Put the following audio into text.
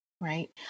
right